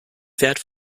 pferd